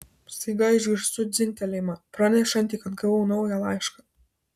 staiga išgirstu dzingtelėjimą pranešantį kad gavau naują laišką